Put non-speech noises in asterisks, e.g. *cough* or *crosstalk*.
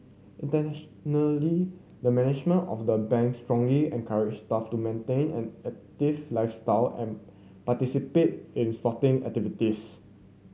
*unintelligible* the management of the Bank strongly encourage staff to maintain an active lifestyle and participate in sporting activities